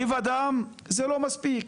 לב אדם זה לא מספיק.